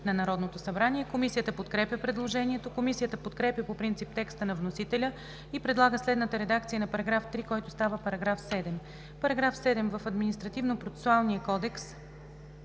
на Народното събрание. Комисията подкрепя предложението. Комисията подкрепя по принцип текста на вносителя и предлага следната редакция на § 3, който става § 7: „§ 7. В Административнопроцесуалния кодекс